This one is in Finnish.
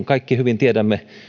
kaikki hyvin tiedämme